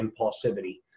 impulsivity